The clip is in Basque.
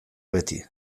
beti